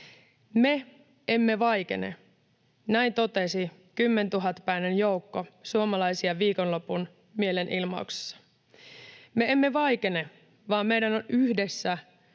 ”Me emme vaikene.” Näin totesi kymmentuhatpäinen joukko suomalaisia viikonlopun mielenilmauksessa. Me emme vaikene, vaan meidän on yhdessä